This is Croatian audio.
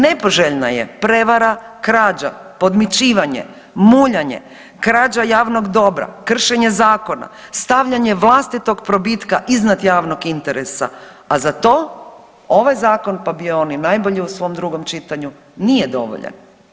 Nepoželjna je prevara, krađa, podmićivanje, muljanje, krađa javnog dobra, kršenje zakona, stavljanje vlastitog probitka iznad javnog interesa, a za to ovaj zakon, pa bio on i najbolji u svom drugom čitanju nije dovoljan.